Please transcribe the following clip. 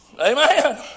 Amen